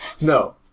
No